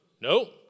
No